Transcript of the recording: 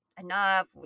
enough